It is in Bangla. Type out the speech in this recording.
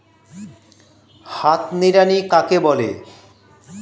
হাত নিড়ানি কাকে বলে?